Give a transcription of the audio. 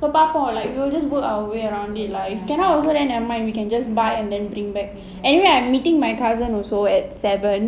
so பார்ப்போம்:paarpom we will just work our way around it lah if cannot also never mind we can just buy and then bring back anyway I'm meeting my cousin also at seven